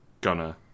gunner